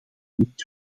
niet